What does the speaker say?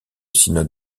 synode